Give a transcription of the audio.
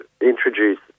introduce